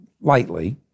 lightly